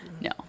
No